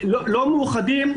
לא מאוחדים,